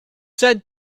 said